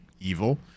evil